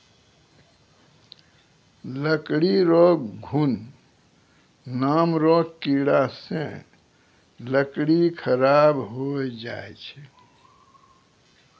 लकड़ी रो घुन नाम रो कीड़ा से लकड़ी खराब होय जाय छै